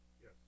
Yes